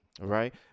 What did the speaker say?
right